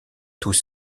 tous